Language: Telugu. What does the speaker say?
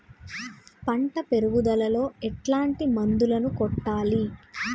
పంట పెరుగుదలలో ఎట్లాంటి మందులను కొట్టాలి?